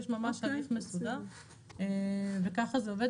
יש הליך מסודר וככה זה עובד.